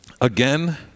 again